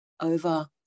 over